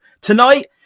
Tonight